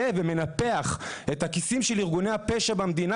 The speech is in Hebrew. ומנפח את הכיסים של ארגוני הפשע במדינה,